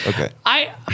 Okay